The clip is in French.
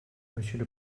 monsieur